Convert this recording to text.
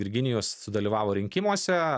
virginijus sudalyvavo rinkimuose